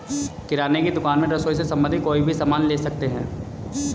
किराने की दुकान में रसोई से संबंधित कोई भी सामान ले सकते हैं